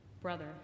brother